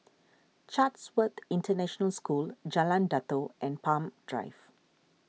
Chatsworth International School Jalan Datoh and Palm Drive